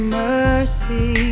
mercy